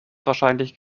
wahrscheinlich